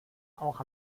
auch